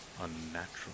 unnatural